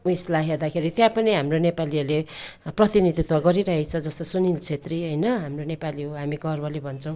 उयसलाई हेर्दाखेरि त्यहाँ पनि हाम्रो नेपालीहरूले प्रतिनिधित्व गरिरहेछ जस्तो सुनिल छेत्री होइन हाम्रो नेपाली हो हामी गर्वले भन्छौँ